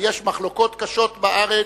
ויש מחלוקות קשות בארץ.